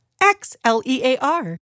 X-L-E-A-R